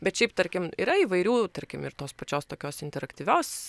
bet šiaip tarkim yra įvairių tarkim ir tos pačios tokios interaktyvios